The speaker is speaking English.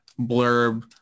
blurb